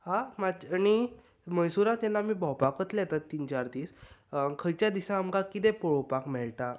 आं मातशे आनी म्हैसुराक जेन्ना आमी भोंवपाक वतले पळय तीन चार दीस खंयचे दिसा आमकां कितें पोवपाक मेळटा